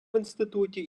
інституті